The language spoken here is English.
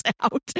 out